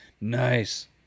nice